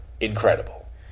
incredible